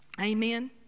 Amen